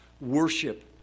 worship